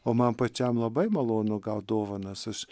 o man pačiam labai malonu gaut dovanas aš